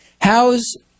How's